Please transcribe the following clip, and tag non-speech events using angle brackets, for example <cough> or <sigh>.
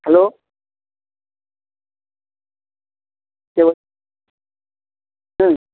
hello কে <unintelligible> হুম